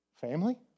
family